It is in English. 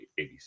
ABC